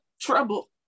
trouble